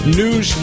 news